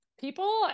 people